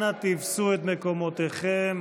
אנא תפסו את מקומותיכם.